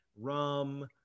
rum